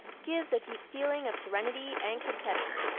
gives a deep feeling of serenity and contentment.